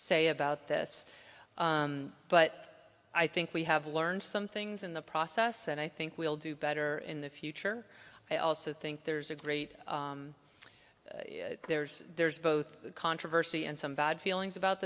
say about this but i think we have learned some things in the process and i think we'll do better in the future i also think there's a great there's there's both controversy and some bad feelings about